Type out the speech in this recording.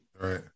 right